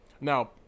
Now